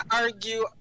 argue